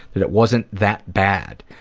that it wasn't that bad,